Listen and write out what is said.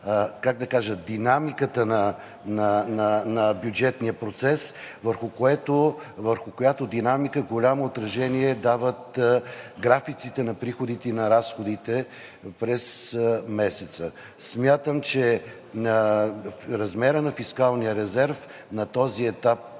как да кажа, динамиката на бюджетния процес, върху която динамика голямо отражение дават графиците на приходите и на разходите през месеца. Смятам, че размерът на фискалния резерв на този етап